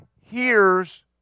hears